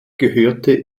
gehörte